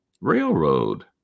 railroad